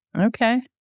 Okay